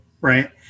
right